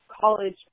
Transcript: college